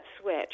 switch